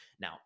Now